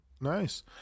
Nice